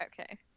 Okay